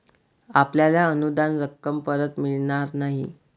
आपल्याला अनुदान रक्कम परत मिळणार नाही